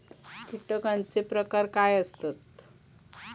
कीटकांचे प्रकार काय आसत?